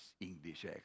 English